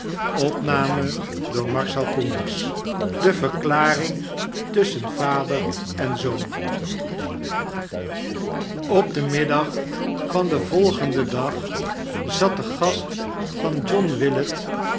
de verklaring tusschen vader en zoon op den middag van den volgendendag zat degast van john willet